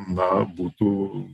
na būtų